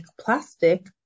plastic